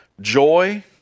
joy